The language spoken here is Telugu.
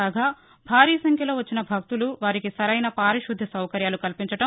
కాగా భారీ సంఖ్యలో వచ్చిన భక్తులు వారికి సరైన పారిశుధ్య సౌకర్యాలు కల్పించడం